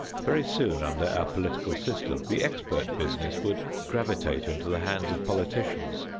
very soon under our political system the expert business would gravitate into the hands of politicians,